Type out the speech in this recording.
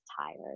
tired